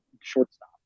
Shortstop